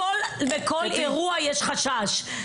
בכל אירוע יש חשש.